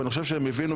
ואני חושב שהם הבינו,